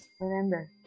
remember